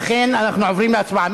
לכן אנחנו עוברים להצבעה.